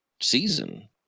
season